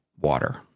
water